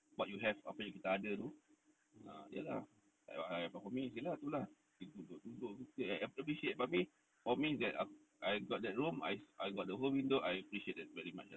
what you have apa yang kita ada tu ah ya lah like I have for me iya lah tu lah kita duduk duduk tu kira appreciate but for me is that I got that room I I got that whole window I appreciate that very much lah